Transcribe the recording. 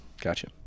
Gotcha